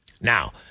Now